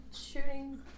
shooting